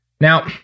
Now